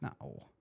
No